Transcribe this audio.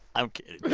i'm kidding.